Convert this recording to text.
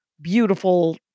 beautiful